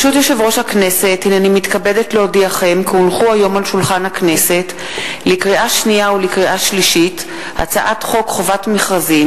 תוכן העניינים מסמכים שהונחו על שולחן הכנסת 5 מזכירת הכנסת ירדנה